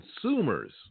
consumers